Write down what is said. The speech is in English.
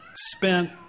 spent